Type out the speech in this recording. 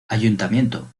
ayuntamiento